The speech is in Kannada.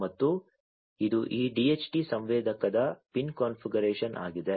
ಮತ್ತು ಇದು ಈ DHT ಸಂವೇದಕದ ಪಿನ್ ಕಾನ್ಫಿಗರೇಶನ್ ಆಗಿದೆ